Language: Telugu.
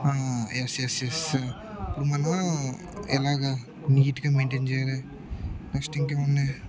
ఎస్ఎస్ఎస్ ఇప్పుడు మనం ఎలాగ నీట్గా మెయింటైన్ చేయాలి నెక్స్ట్ ఇంకా ఏమి ఉన్నాయి